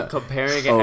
comparing